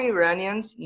Iranians